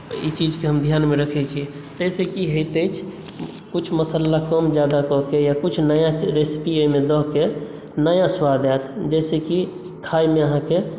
ई चीजकेँ हम ध्यानमे रखै छियै ताहि सॅं की होयत अछि कुछ मसाला कम ज्यादा कऽ कऽ या कुछ नया रेसिपी एहिमे दऽ कऽ नया स्वाद आयत जहिसे कि खायमे आहाँकेँ